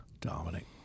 Dominic